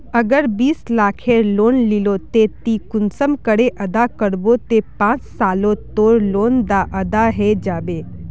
अगर बीस लाखेर लोन लिलो ते ती कुंसम करे अदा करबो ते पाँच सालोत तोर लोन डा अदा है जाबे?